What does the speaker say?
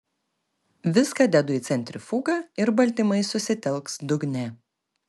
viską dedu į centrifugą ir baltymai susitelks dugne